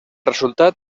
resultat